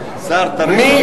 מי